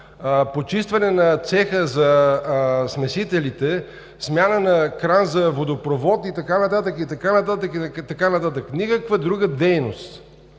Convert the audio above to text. почистване на цеха за смесителите, смяна на кран за водопровод и така нататък. Никаква друга дейност!